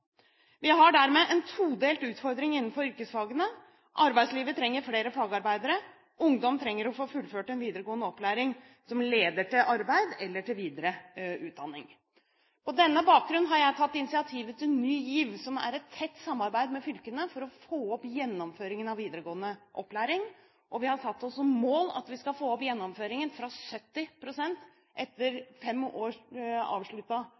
Vi har dermed en todelt utfordring innenfor yrkesfagene: Arbeidslivet trenger flere fagarbeidere, og ungdom trenger å få fullført en videregående opplæring som leder til arbeid eller til videre utdanning. På denne bakgrunn har jeg tatt initiativ til Ny GIV, som er et tett samarbeid med fylkene for å få opp gjennomføringen av videregående opplæring. Vi har satt oss som mål at vi skal få opp gjennomføringen av fem års avsluttet ungdomsskoleutdanning fra